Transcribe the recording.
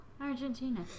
Argentina